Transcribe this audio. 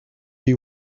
you